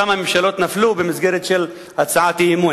אני לא זוכר כמה ממשלות נפלו במסגרת של הצעת אי-אמון.